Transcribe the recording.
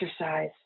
exercise